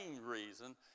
reason